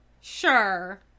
Sure